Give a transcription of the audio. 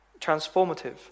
transformative